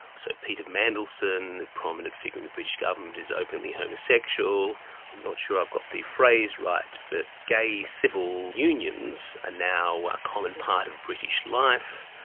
so peter mandelson, a prominent figure in the british government is openly homosexual. i'm not sure i've got the phrase right, but gay civil unions are ah now a common part of british life,